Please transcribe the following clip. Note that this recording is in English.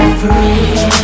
free